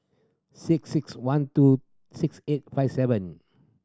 six six one two six eight five seven